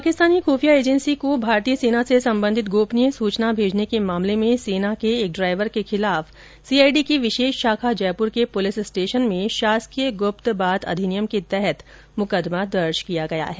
पाकिस्तानी खुफिया एजेंसी को भारतीय सेना से सम्बन्धित गोपनीय सूचना भेजने के मामले में सेना के एक ड्राइवर के खिलाफ सीआईडी की विशेष शाखा जयपुर के पुलिस स्टेशन में शासकीय गुप्त बात अधिनियम के तहत मुकदमा दर्ज किया गया है